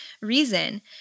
reason